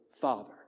Father